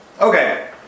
Okay